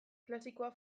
klasikoa